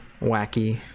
wacky